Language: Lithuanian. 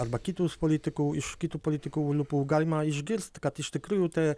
arba kitus politikų iš kitų politikų lūpų galima išgirsti kad iš tikrųjų tai